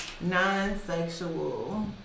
non-sexual